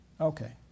Okay